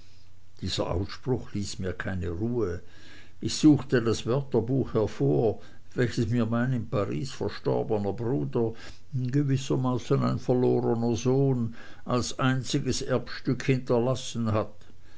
dieser ausspruch ließ mir keine ruhe ich suchte das wörterbuch hervor welches mir mein in paris verstorbener bruder gewissermaßen ein verlorner sohn als einziges erbstück hinterlassen hat